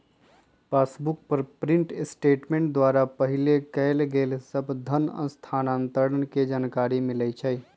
passbook पर print statement द्वारा पहिले कएल गेल सभ धन स्थानान्तरण के जानकारी मिलइ छइ